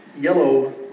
yellow